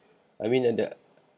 I mean the the